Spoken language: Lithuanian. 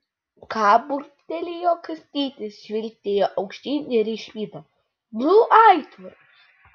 ką burbtelėjo kastytis žvilgtelėjo aukštyn ir išvydo du aitvarus